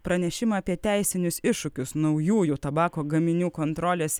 pranešimą apie teisinius iššūkius naujųjų tabako gaminių kontrolės